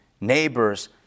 neighbors